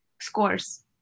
scores